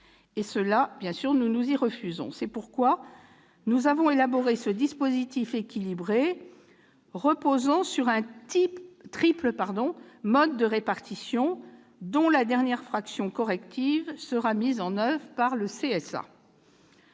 censure. Bien sûr, nous nous y refusons. C'est pourquoi nous avons élaboré ce dispositif équilibré reposant sur un triple mode de répartition, dont la dernière fraction corrective sera mise en oeuvre par le